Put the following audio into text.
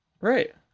right